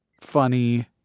funny-